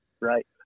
Right